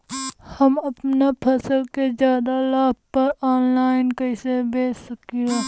हम अपना फसल के ज्यादा लाभ पर ऑनलाइन कइसे बेच सकीला?